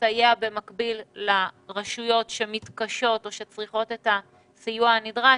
ולסייע במקביל לרשויות שמתקשות או שצריכות את הסיוע הנדרש.